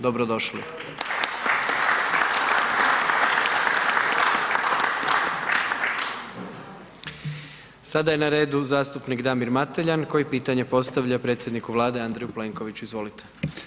Dobrodošli. … Sada je na redu zastupnik Damir Mateljan koji pitanje postavlja predsjedniku Vlade Andreju Plenkoviću, izvolite.